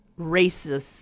racist